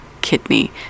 kidney